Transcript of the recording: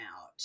out